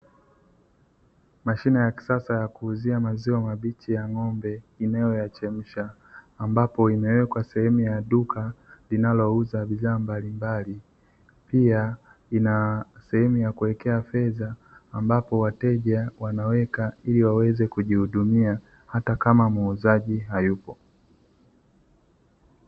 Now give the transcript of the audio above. Mashine ya kisasa ya kuuzia maziwa mabichi ya ng'ombe inayoyachemsha ambapo imewekwa sehemu ya duka linalouza bidhaa mbalimbali. Pia lina sehemu ya kuwekea fedha ambapo wateja wanaweka ili waweze kujihudumia hata kama muuzaji hayupo.